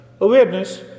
awareness